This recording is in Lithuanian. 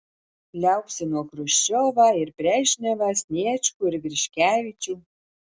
liaupsino chruščiovą ir brežnevą sniečkų ir griškevičių